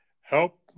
help